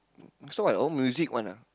so like all music one ah